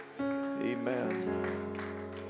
amen